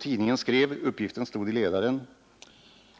Tidningen skrev — uppgiften stod i ledaren: